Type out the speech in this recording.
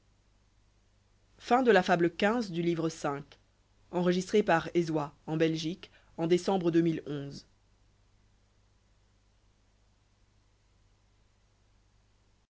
la fable de